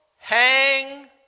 Hang